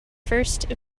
first